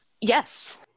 Yes